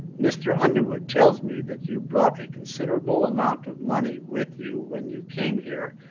mr. underwood tells me that you brought a considerable amount of money with you when you came here,